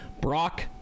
brock